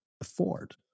afford